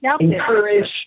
encourage